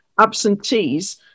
Absentees